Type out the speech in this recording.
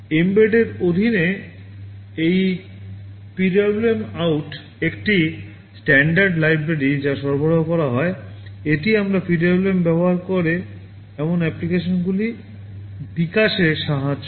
এমবেডের অধীনে এই PWM out একটি স্ট্যান্ডার্ড লাইব্রেরি যা সরবরাহ করা হয় এটি আমাদের PWM ব্যবহার করে এমন অ্যাপ্লিকেশনগুলি বিকাশে সহায়তা করে